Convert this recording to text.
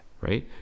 Right